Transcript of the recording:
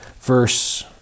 Verse